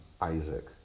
Isaac